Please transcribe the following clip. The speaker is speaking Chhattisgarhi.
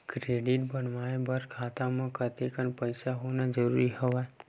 क्रेडिट बनवाय बर खाता म कतेकन पईसा होना जरूरी हवय?